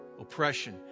Oppression